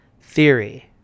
Theory